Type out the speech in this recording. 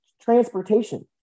transportation